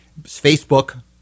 Facebook